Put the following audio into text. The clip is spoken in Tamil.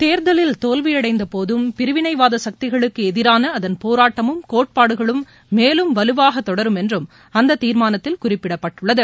தேர்தலில் தோல்வி அடைந்த போதும் பிரிவினைவாத சக்திகளுக்கு எதிராள அதன் போராட்டமும் கோட்பாடுகளும் மேலும் வலுவாக தொடரும் என்றும் அந்த தீர்மானத்தில் குறிப்பிடப்பட்டுள்ளது